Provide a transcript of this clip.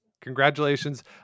congratulations